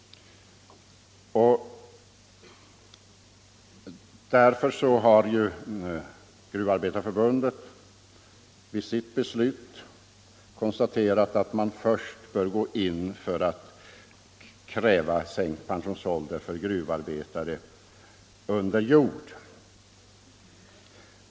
Därför har Gruvindustriarbetareförbundet i sitt beslut konstaterat att man först bör kräva sänkt pensionsålder för gruvarbetarna under jord.